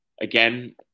again